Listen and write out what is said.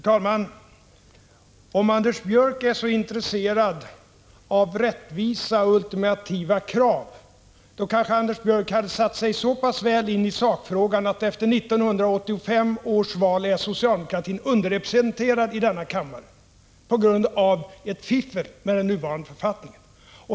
Fru talman! Om Anders Björck är så intresserad av rättvisa och ultimativa krav kanske han har satt sig så pass väl in i sakfrågan att han vet att efter 1985 års val är socialdemokratin underrepresenterad i denna kammare på grund av ett fiffel med den nuvarande författningen.